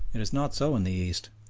it is not so in the east.